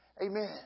Amen